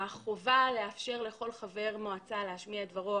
החובה לאפשר לכל חבר מועצה להשמיע את דברו,